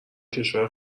کشور